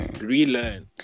relearn